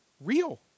real